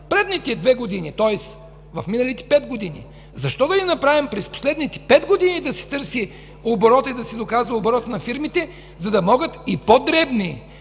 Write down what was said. предните две години, тоест, в миналите пет години? Защо да не направим през последните пет години да се търси оборота и да се доказва оборот на фирмите, за да могат и по-дребни,